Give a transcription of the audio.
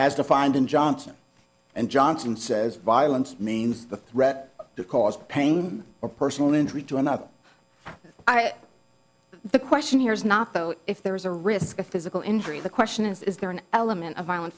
as defined in johnson and johnson says violent means the threat to cause pain or personal injury to another the question here is not though if there is a risk of physical injury the question is is there an element of violent